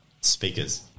Speakers